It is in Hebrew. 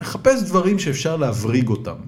אחפש דברים שאפשר להבריג אותם